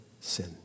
sin